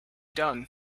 done